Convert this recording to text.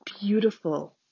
beautiful